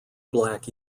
black